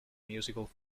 musical